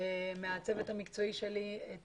מהצוות המקצועי שלי את